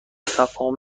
تفاهم